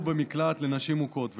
ששהו במקלט לנשים מוכות,